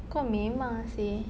kau memang seh